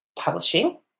publishing